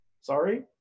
sorry